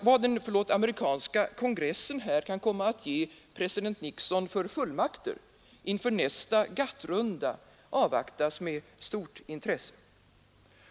Vad den amerikanska kongressen här kan komma att ge president Nixon för fullmakter inför nästa GATT-runda avvaktas med stort intresse.